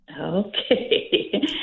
Okay